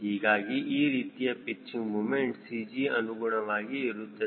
ಹೀಗಾಗಿ ಈ ರೀತಿಯ ಪಿಚ್ಚಿಂಗ್ ಮೂಮೆಂಟ್ CG ಅನುಗುಣವಾಗಿ ಇರುತ್ತವೆ